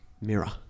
mirror